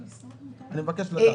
אני מבקש לדעת.